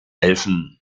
helfen